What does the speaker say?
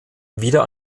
wieder